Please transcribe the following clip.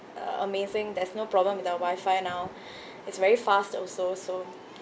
uh amazing there's no problem with our wifi now it's very fast also so